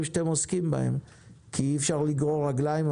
שאתם עוסקים בהם כי אי-אפשר לגרור רגליים.